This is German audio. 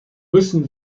müssen